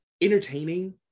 entertaining